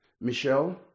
Michelle